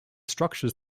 structures